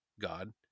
God